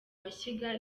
mashyiga